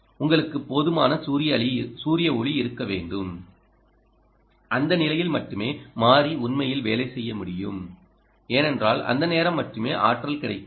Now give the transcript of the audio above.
உங்களுக்கு போதுமான சூரிய ஒளி இருக்க வேண்டும் அந்த நிலையில் மட்டுமே மாறி உண்மையில் வேலை செய்ய முடியும் ஏனென்றால் அந்த நேரம் மட்டுமே ஆற்றல் கிடைக்கிறது